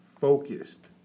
Focused